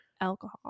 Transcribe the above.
alcohol